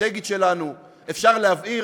אסטרטגית שלנו, אפשר להבעיר.